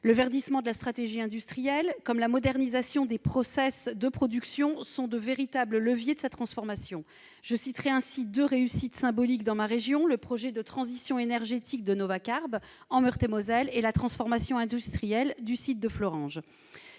Le verdissement de la stratégie industrielle comme la modernisation des process de production sont de véritables leviers de sa transformation. Je citerai ainsi deux réussites symboliques dans ma région : le projet de transition énergétique de Novacarb, en Meurthe-et-Moselle, et la transformation industrielle du site de Florange.